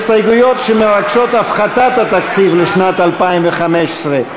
ההסתייגויות שמבקשות הפחתת התקציב לשנת 2015,